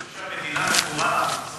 אני חושב שהמדינה התמכרה למפעל הפיס.